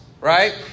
right